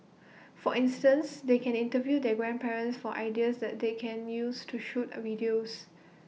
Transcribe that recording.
for instance they can interview their grandparents for ideas that they can use to shoot A videos